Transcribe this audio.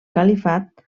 califat